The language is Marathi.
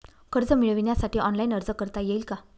कर्ज मिळविण्यासाठी ऑनलाइन अर्ज करता येईल का?